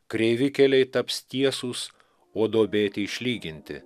kreivi keliai taps tiesūs o duobėti išlyginti